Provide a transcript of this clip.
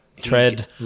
tread